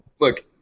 Look